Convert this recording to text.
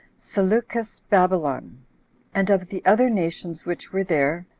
seleucus babylon and of the other nations which were there,